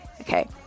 Okay